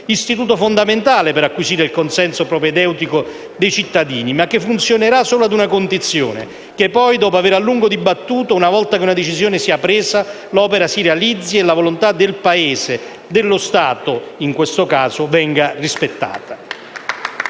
istituto fondamentale per acquisire il consenso propedeutico dei cittadini, ma che funzionerà solo ad una condizione: che poi, dopo avere a lungo dibattuto, una volta che la decisione sia stata presa, l'opera si realizzi e la volontà del Paese, dello Stato in questo caso, venga rispettata.